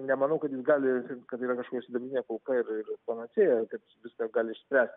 nemanau kad jis gali kad yra kažkokia sidabrinė kulka ir ir panacėja kaip viską gali išspręsti